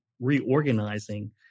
reorganizing